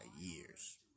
years